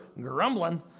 grumbling